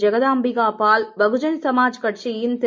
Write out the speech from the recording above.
ஜெகதாம்பிகா பால் பகுஜன் சுமாஜ் கட்சியின் திரு